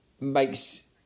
makes